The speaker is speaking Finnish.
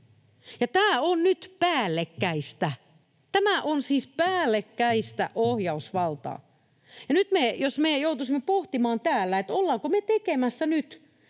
Tämä on nyt päällekkäistä — tämä on siis päällekkäistä ohjausvaltaa. Nyt jos me joutuisimme pohtimaan täällä, ollaanko me varmasti